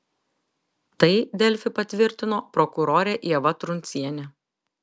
tai delfi patvirtino prokurorė ieva truncienė